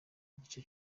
igice